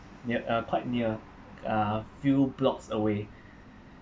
near uh quite near uh few blocks away